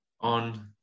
on